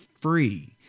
free